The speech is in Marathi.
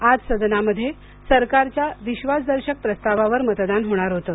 आज सदनामध्ये सरकारच्या विश्वासदर्शक प्रस्तावावर मतदान होणार होतं